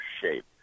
shape